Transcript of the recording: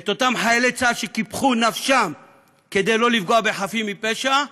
את אותם חיילי צה"ל שקיפחו נפשם כדי לא לפגוע בחפים מפשע,